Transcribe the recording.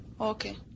Okay